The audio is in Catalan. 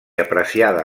apreciada